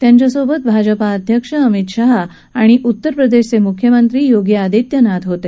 त्यांच्यासोबत भाजपा अध्यक्ष अमित शाह आणि उत्तरप्रदेशचे मुख्यमंत्री योगी आदित्यनाथ होते